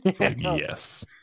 Yes